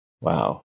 Wow